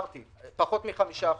פחות מחמישה אחוזים.